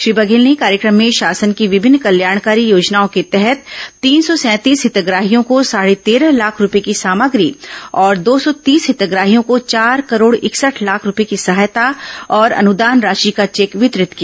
श्री बघेल ने कार्यक्रम में शासन की विभिन्न कल्याणकारी योजनाओं के तहत तीन सौ सैंतीस हितग्राहियों को साढ़े तेरह लाख रूपये की सामग्री और दो सौ तीस हितग्राहियों को चार करोड़ इकसठ लाख रूपये की सहायता और अनुदान राशि का चेक वितरित किया